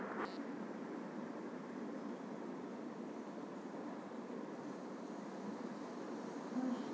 नोनी मन बर कोन कोन स योजना हे?